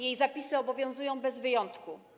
Jej zapisy obowiązują bez wyjątku.